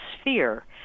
sphere